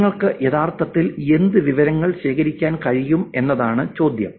നിങ്ങൾക്ക് യഥാർത്ഥത്തിൽ എന്ത് വിവരങ്ങൾ ശേഖരിക്കാൻ കഴിയും എന്നതാണ് ചോദ്യം